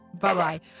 Bye-bye